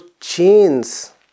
chains